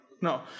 No